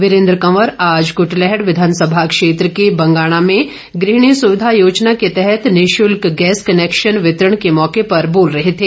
वीरेंद्र कंवर आज कंटलैहड़ विधानसभा क्षेत्र के बंगाणा में गृहिणी सुविधा योजना के तहत निशुल्क गैस कनेक्शन वितरण के मौके पर बोल रहे थे